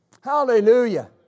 Hallelujah